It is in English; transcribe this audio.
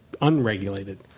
unregulated